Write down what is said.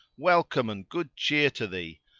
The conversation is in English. welcome and good cheer to thee!